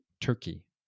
Turkey